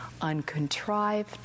uncontrived